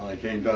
again,